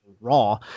raw